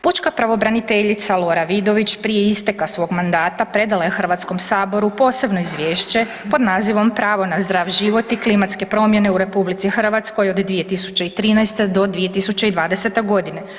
Pučka pravobraniteljica Lora Vidović prije isteka svog mandata predala je Hrvatskom saboru posebno izvješće pod nazivom „Pravo na zdrav život i klimatske promjene u RH od 2013. do 2020. godine“